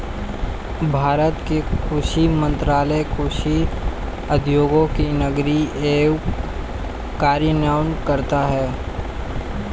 भारत में कृषि मंत्रालय कृषि उद्योगों की निगरानी एवं कार्यान्वयन करता है